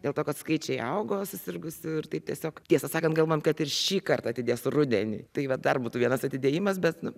dėl to kad skaičiai augo susirgusių ir tai tiesiog tiesą sakant galvojom kad ir šįkart atidės rudenį tai va dar būtų vienas atidėjimas bet nu